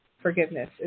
forgiveness